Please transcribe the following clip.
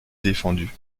défendu